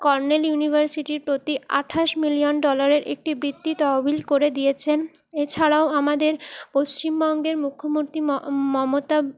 colonel ইউনিভার্সিটির প্রতি আঠাশ মিলিয়ন ডলারের একটি বৃত্তি তহবিল করে দিয়েছেন এছাড়াও আমাদের পশ্চিমবঙ্গের মুখ্যমন্ত্রী ম মমতা